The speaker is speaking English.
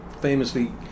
famously